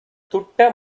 துட்ட